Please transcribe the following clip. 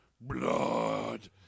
Blood